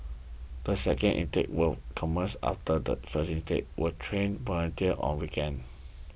the second intake will commence after the first intake will train volunteers on weekends